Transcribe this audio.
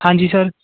ਹਾਂਜੀ ਸਰ